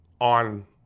on